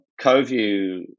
CoView